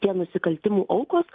tie nusikaltimų aukos